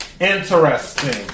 Interesting